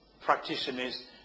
practitioners